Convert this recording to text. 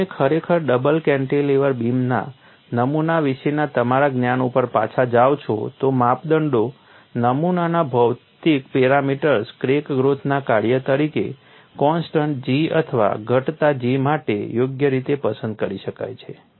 જો તમે ખરેખર ડબલ કેન્ટિલેવર બીમના નમૂના વિશેના તમારા જ્ઞાન ઉપર પાછા જાઓ છો તો માપદંડો નમૂનાના ભૌમિતિક પેરામીટર્સને ક્રેક ગ્રોથના કાર્ય તરીકે કોન્સટન્ટ G અથવા ઘટતા G માટે યોગ્ય રીતે પસંદ કરી શકાય છે